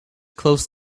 close